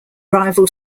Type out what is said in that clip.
rival